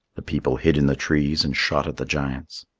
the people hid in the trees and shot at the giants.